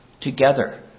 together